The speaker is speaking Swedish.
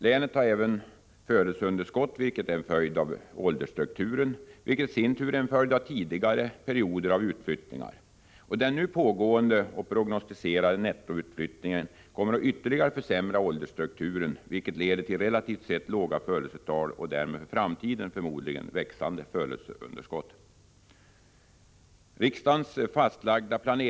Länet har även födelseunderskott, vilket är en följd av åldersstrukturen, vilken i sin tur är en följd av tidigare perioder av utflyttningar. Den nu pågående och prognostiserade nettoutflyttningen kommer att ytterligare försämra åldersstrukturen, vilket leder till relativt sett låga födelsetal och därmed för framtiden förmodligen växande födelseunderskott.